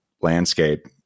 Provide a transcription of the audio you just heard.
landscape